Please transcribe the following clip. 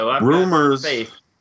rumors